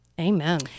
amen